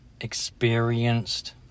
experienced